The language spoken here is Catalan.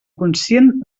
conscient